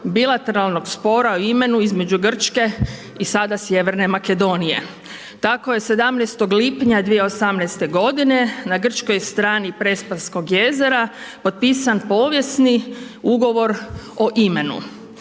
bilateralnog spora o imenu između Grčke i sada Sjeverne Makedonije. Tako je 17. lipnja 2018. godine na Grčkoj strani Prespanskog jezera potpisan povijesni ugovor o imenu.